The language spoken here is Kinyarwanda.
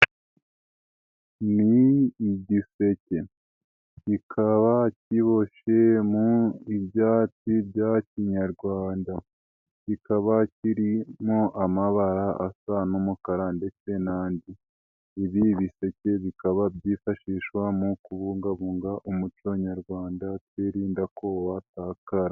Ni igiseke kikaba kiboshye mu ibyatsi bya kinyarwanda, kikaba kirimo amabara asa n'umukara ndetse n'andi, ibi biseke bikaba byifashishwa mu kubungabunga umuco nyarwanda twirinda ko watakara.